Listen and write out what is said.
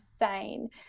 insane